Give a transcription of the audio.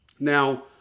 Now